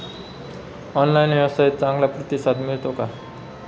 Online व्यवसायात चांगला प्रतिसाद मिळतो का?